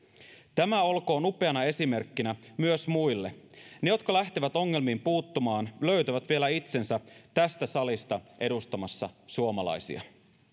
tämä olkoon upeana esimerkkinä myös muille ne jotka lähtevät ongelmiin puuttumaan löytävät vielä itsensä tästä salista edustamassa suomalaisia